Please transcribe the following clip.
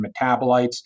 metabolites